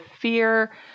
fear